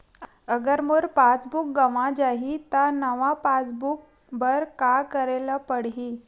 अगर मोर passbook गवां जाहि त नवा पास बुक बर का करे ल पड़हि?